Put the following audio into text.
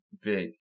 Big